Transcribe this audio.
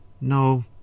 No